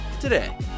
today